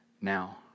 now